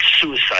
suicide